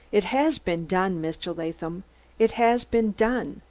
it has been done, mr. latham it has been done!